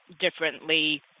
differently